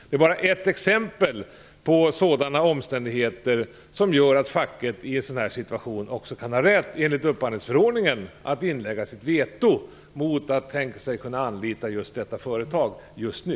Det är bara ett exempel på omständigheter som gör att facket i en sådan här situation också kan ha rätt, enligt upphandlingsförordningen, att inlägga sitt veto mot att anlita just detta företag just nu.